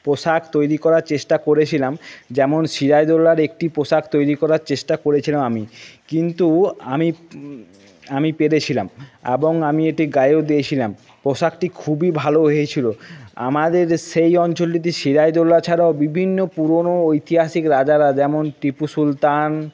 পোশাক তৈরি করার চেষ্টা করেছিলাম যেমন সিরাজদৌল্লার একটি পোশাক তৈরি করার চেষ্টা করেছিলাম আমি কিন্তু আমি আমি পেরেছিলাম এবং আমি এটি গায়েও দিয়েছিলাম পোশাকটি খুবই ভালো হয়েছিলো আমাদের সেই অঞ্চলটিতে সিরাজদৌল্লা ছাড়াও বিভিন্ন পুরনো ঐতিহাসিক রাজারা যেমন টিপু সুলতান